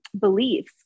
beliefs